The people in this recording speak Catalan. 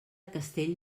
castell